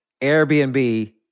Airbnb